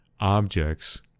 objects